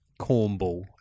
cornball